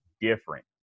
different